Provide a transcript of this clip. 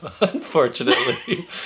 Unfortunately